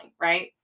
Right